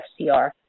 FCR